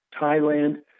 Thailand